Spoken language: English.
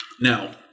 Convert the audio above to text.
Now